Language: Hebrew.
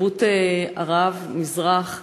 מתרבות ערב, המזרח,